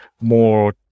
more